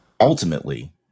Ultimately